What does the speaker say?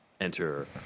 Enter